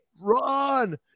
run